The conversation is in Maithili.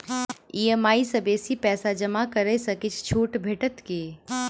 ई.एम.आई सँ बेसी पैसा जमा करै सँ किछ छुट भेटत की?